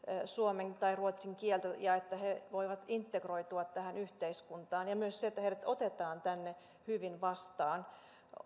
suomen tai ruotsin kieltä ja että he voivat integroitua tähän yhteiskuntaan myös se että heidät otetaan tänne hyvin vastaan